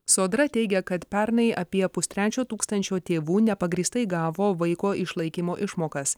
sodra teigia kad pernai apie pustrečio tūkstančio tėvų nepagrįstai gavo vaiko išlaikymo išmokas